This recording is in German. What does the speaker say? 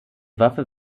waffe